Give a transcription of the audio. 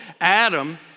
Adam